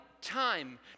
time